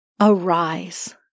arise